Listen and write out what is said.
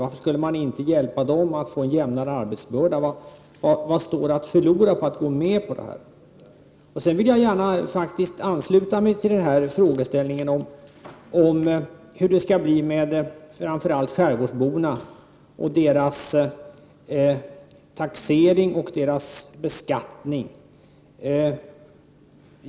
Varför skulle man inte kunna hjälpa dem att få en jämnare arbetsbörda? Vad kan förloras om vi går med på detta? Jag vill gärna ansluta mig till frågeställningen om hur det skall bli med framför allt skärgårdsborna och deras taxering och beskattning.